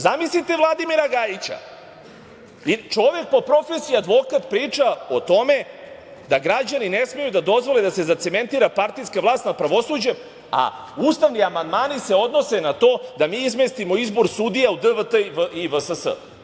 Zamislite Vladimira Gajića, čovek po profesiji advokat priča o tome da građani ne smeju da dozvole da se zacementira partijska vlast nad pravosuđem, a ustavni amandmani se odnose na to da mi izmestimo izbor sudija u DVT i VSS.